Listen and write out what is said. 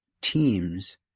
teams